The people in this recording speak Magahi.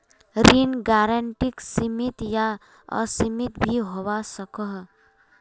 ऋण गारंटी सीमित या असीमित भी होवा सकोह